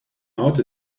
out